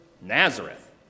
Nazareth